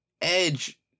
Edge